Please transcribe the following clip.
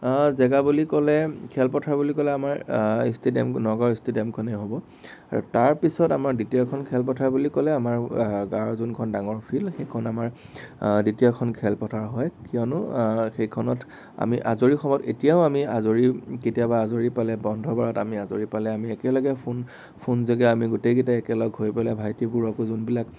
জেগা বুলি ক'লে খেলপথাৰ বুলি ক'লে আমাৰ ইষ্টেডিয়াম নগাঁৱৰ ইষ্টেডিয়ামখনে হ'ব আৰু তাৰ পিছত আমাৰ দ্বিতীয়খন খেলপথাৰ বুলি ক'লে আমাৰ গাঁৱৰ যোনখন ডাঙৰ ফিল্ড সেইখন আমাৰ দ্বিতীয়খন খেলপথাৰ হয় কিয়নো সেইখনত আমি আজৰি সময়ত এতিয়াও আমি আজৰি কেতিয়াবা আজৰি পালে বন্ধ বাৰত আমি আজৰি পালে আমি একেলগে ফোন যোগে আমি গোটেইকেইটাই একেলগ হৈ পেলাই ভাইটিবোৰকো যোনবিলাক